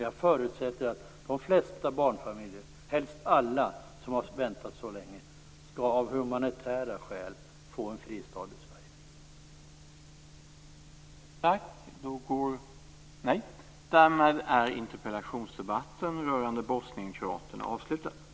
Jag förutsätter att de flesta - helst alla - barnfamiljer som har väntat så länge av humanitära skäl skall få en fristad i Sverige.